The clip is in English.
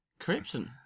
krypton